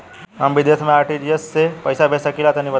हम विदेस मे आर.टी.जी.एस से पईसा भेज सकिला तनि बताई?